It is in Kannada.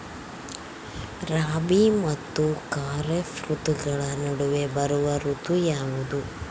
ರಾಬಿ ಮತ್ತು ಖಾರೇಫ್ ಋತುಗಳ ನಡುವೆ ಬರುವ ಋತು ಯಾವುದು?